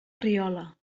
riola